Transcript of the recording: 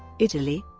italy